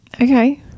Okay